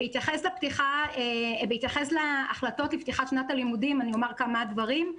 בהתייחס להחלטות לפתיחת שנת הלימודים אני אומר כמה דברים,